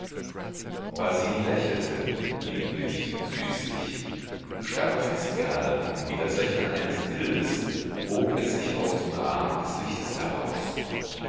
lächelte lieblich süßlich starr festgehalten wie das lächeln eines bildes hob es sich aus dem rahmen des lichtes heraus